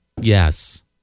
Yes